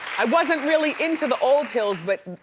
i wasn't really into the old hills but,